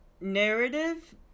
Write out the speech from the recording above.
narrative